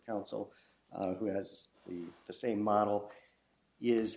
council who has the same model is